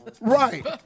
Right